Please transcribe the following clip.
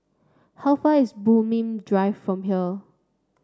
how far is Bulim Drive from here